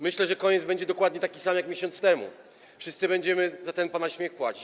Myślę, że koniec będzie dokładnie taki sam jak miesiąc temu: wszyscy będziemy za ten pana śmiech płacić.